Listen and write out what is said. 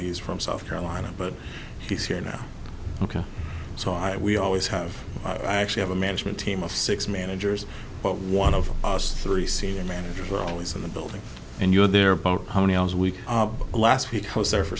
he's from south carolina but he's here now ok so i we always have i actually have a management team of six managers but one of us three senior managers are always in the building and you're there about how many hours a week last week i was there for